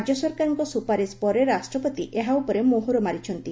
ରାଜ୍ୟ ସରକାରଙ୍କ ସ୍ପପାରିଶ ପରେ ରାଷ୍ଟପତି ଏହା ଉପରେ ମୋହର ମାରିଛନ୍ତି